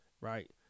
right